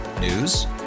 News